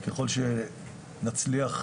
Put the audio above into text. ככל שנצליח,